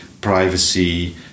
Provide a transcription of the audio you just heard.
privacy